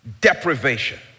Deprivation